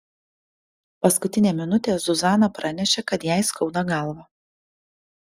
paskutinę minutę zuzana pranešė kad jai skauda galvą